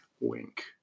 wink